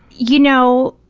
you know,